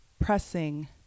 pressing